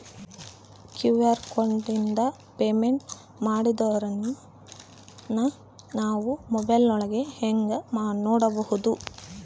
QR ಕೋಡಿಂದ payment ಮಾಡಿರೋದನ್ನ ನಾವು ಮೊಬೈಲಿನೊಳಗ ಹೆಂಗ ನೋಡಬಹುದು?